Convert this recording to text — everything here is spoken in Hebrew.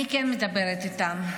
אני כן מדברת איתם.